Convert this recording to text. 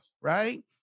right